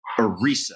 ERISA